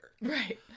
Right